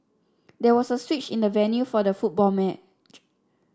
there was a switch in the venue for the football match